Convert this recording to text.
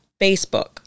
Facebook